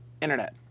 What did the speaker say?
internet